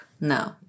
No